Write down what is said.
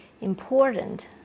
important